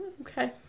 Okay